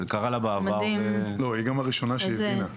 והיא גם הראשונה שהבינה.